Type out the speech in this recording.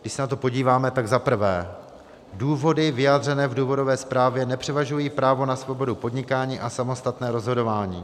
Když se na to podíváme, tak za prvé důvody vyjádřené v důvodové zprávě nepřevažují právo na svobodu podnikání a samostatné rozhodování.